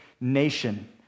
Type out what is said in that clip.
nation